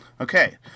okay